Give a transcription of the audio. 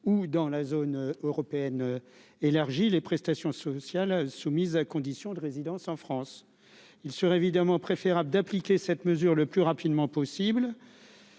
ou dans la zone européenne élargie, les prestations sociales soumise à condition de résidence en France il serait évidemment préférable d'appliquer cette mesure, le plus rapidement possible,